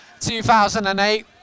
2008